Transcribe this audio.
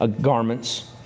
garments